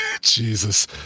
Jesus